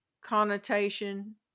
connotation